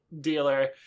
dealer